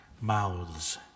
mouths